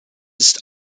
ist